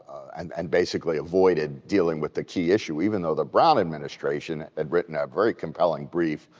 and and basically avoided dealing with the key issue even though the brown administration had written a very compelling brief,